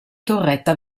torretta